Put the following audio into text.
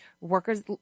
workers